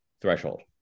threshold